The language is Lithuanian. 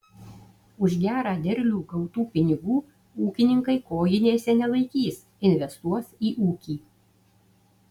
už gerą derlių gautų pinigų ūkininkai kojinėse nelaikys investuos į ūkį